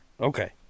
okay